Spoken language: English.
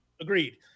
Agreed